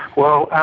well,